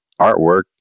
artwork